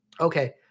Okay